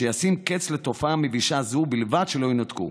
שישים קץ לתופעה המבישה הזו, ובלבד שלא ינותקו.